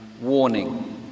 warning